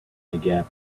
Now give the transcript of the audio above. gap